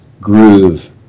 groove